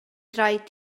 rhaid